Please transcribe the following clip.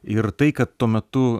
ir tai kad tuo metu